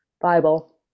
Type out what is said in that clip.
Bible